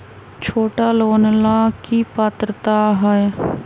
छोटा लोन ला की पात्रता है?